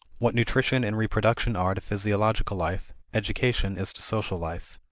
what nutrition and reproduction are to physiological life, education is to social life.